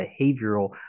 behavioral